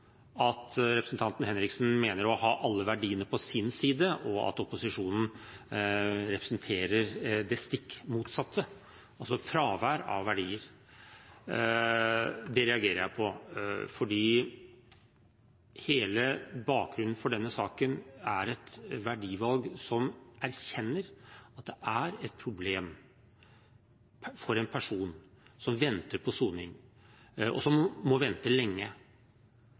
at representanten Henriksen mener å ha alle verdiene på sin side, og at opposisjonen representerer det stikk motsatte, altså fravær av verdier. Det reagerer jeg på, fordi hele bakgrunnen for denne saken er et verdivalg hvor man erkjenner at det er et problem for en person som venter på soning, og som må vente lenge.